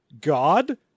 God